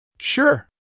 Sure